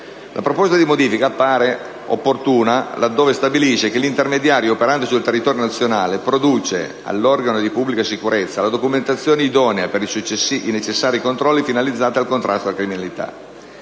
La proposta di modifica appare opportuna laddove stabilisce che l'intermediario, operante sul territorio nazionale, produce all'organo di pubblica sicurezza la documentazione idonea per i necessari controlli, finalizzati al contrasto alla criminalità.